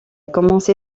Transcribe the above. commencé